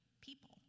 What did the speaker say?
people